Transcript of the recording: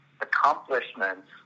accomplishments